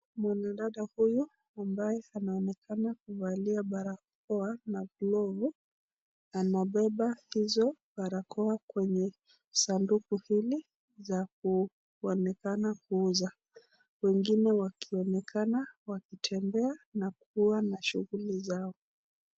Mwanadada huyu ambaye anaonekana kuvalia barakoa na glovu. anabeba hizo barakoa kwenye sanduku hili na kuonekana kuuza. Wengine wakionekana kutembea na wakiwa na shughuli zao.